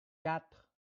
quatre